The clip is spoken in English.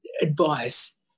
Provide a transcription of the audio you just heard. advice